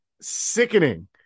sickening